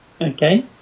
Okay